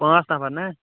پانٛژھ نفر نہ